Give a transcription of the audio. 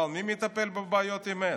אבל מי מטפל בבעיות אמת?